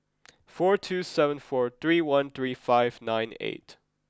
four two seven four three one three five nine eight